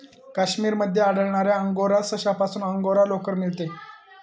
काश्मीर मध्ये आढळणाऱ्या अंगोरा सशापासून अंगोरा लोकर मिळते